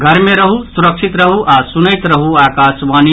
घर मे रहू सुरक्षित रहू आ सुनैत रहू आकाशवाणी